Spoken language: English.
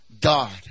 God